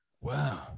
Wow